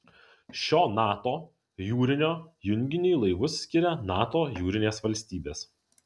šio nato jūrinio junginiui laivus skiria nato jūrinės valstybės